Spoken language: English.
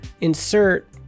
insert